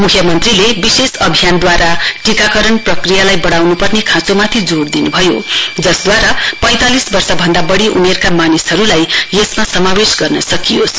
मुख्यमन्त्रीले विशेष अभियानद्वारा टीकाकरण प्रक्रियालाई बढ़ाउनुपर्ने खाँचोमाथि जदोड़ दिनुभयो जसद्वारा पैंतालिस वर्ष भन्दा वढ़ी उमेरका मानिसहरुलाई यसमा समावेश गर्न सकियोस